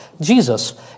Jesus